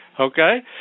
Okay